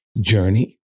journey